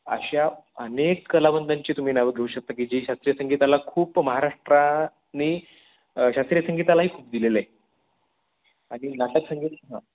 अशा अनेक कलावंतांची तुम्ही नावं घेऊ शकता की जी शास्त्रीय संगीताला खूप महाराष्ट्राने शास्त्रीय संगीतालाही खूप दिलेलं आहे आणि नाटक संगीत हां